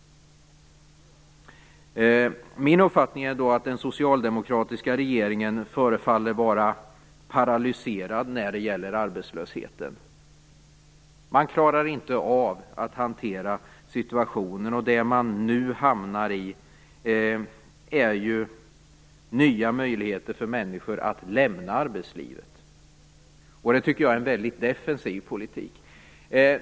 Min uppfattning är att den socialdemokratiska regeringen förefaller vara paralyserad när det gäller arbetslösheten. Man klarar inte av att hantera situationen. Det man nu hamnar i är nya möjligheter för människor att lämna arbetslivet. Det tycker jag är en väldigt defensiv politik.